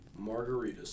Margaritas